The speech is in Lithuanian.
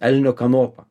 elnio kanopą